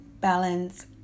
balance